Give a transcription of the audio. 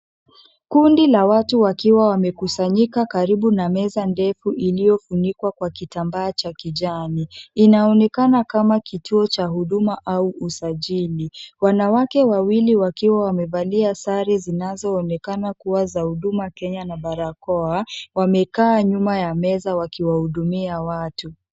Kundi la watu wakiwa wamekusanyika karibu na meza ndefu, iliofunikwa kwa kitambaa cha kijani. Inaonekana kama kituo cha huduma au usajili. Wanawake wawili wakiwa wamevalia sare zinazoonekana kuwa za Huduma Kenya, na barakoa, wamekaa nyuma ya meza wakiwahudumia watu.